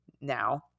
now